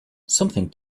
something